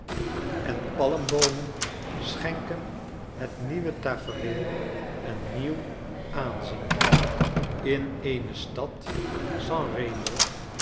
en palmboomen schenken het nieuwe tafereel een nieuwaanzien in eene stad san eemo